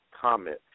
comment